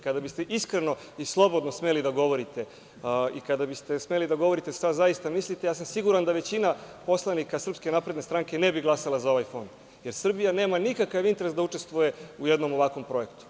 Kada biste iskreno i slobodno smeli da govorite i kada biste smeli da govorite šta zaista mislite, ja sam siguran da većina poslanika SNS ne bi glasala za ovaj fond, jer Srbija nema nikakav interes da učestvuje u jednom ovakvom projektu.